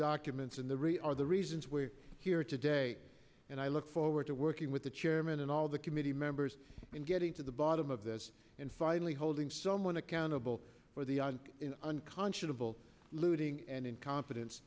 documents and the really are the reasons we're here today and i look forward to working with the chairman and all the committee members and getting to the bottom of this and finally holding someone accountable for the unconscionable looting and inco